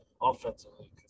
offensively